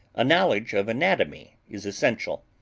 a knowledge of anatomy is essential.